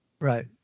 Right